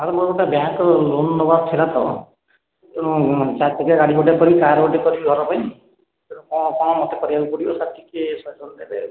hello ମୋର bank ରୁ loan ନେବାରଥିଲା ତ ତେଣୁ ଚାରି ଚକିଆ ଗାଡ଼ି କାର୍ ଗୋଟେ କରିବି ଘର ପାଇଁ ତେଣୁ କଣ କଣ ମୋତେ କରିବାକୁ ପଡ଼ିବ ଟିକେ ସାର୍ ସହଯୋଗ ଦେବେ